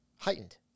Heightened